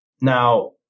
Now